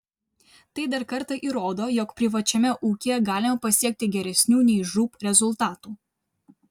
tai dar kartą įrodo jog privačiame ūkyje galima pasiekti geresnių nei žūb rezultatų